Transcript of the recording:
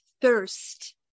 thirst